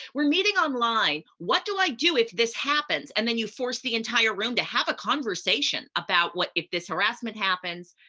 we're meeting online, what do i do if this happens? and then you force the entire room to have a conversation about what if this harassment happens,